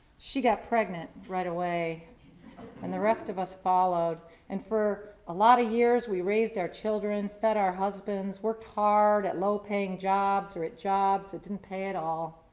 she got pregnant right away and the rest of us followed and for a lot of years we raised our children, fed our husbands worked hard at low-paying jobs, or at jobs that didn't pay at all.